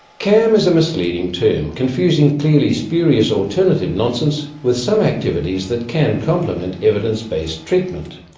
cam is a misleading term confusing clearly spurious alternative nonsense with some activities that can complement evidence-based treatment.